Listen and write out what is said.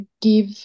give